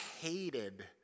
hated